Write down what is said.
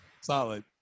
Solid